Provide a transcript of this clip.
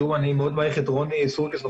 אני מאוד מעריך את רוני סורקיס.